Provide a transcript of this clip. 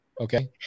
Okay